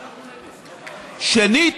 שנית,